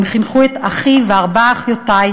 הם חינכו את אחי וארבע אחיותי,